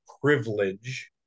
privilege